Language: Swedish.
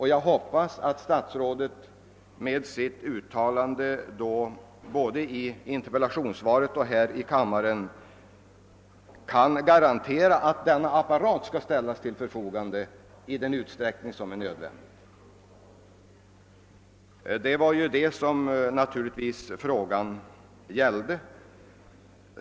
Jag hoppas att statsrådet med sitt uttalande både i interpellationssvaret och nu senast i debatten kan garantera att denna apparat skall ställas till förfogande i den utsträckning som är möjlig. Det var naturligtvis det som min fråga gällde.